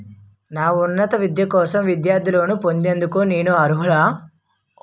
నా ఉన్నత విద్య కోసం విద్యార్థి లోన్ పొందేందుకు నేను అర్హులా?